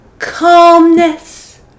calmness